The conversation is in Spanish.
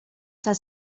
san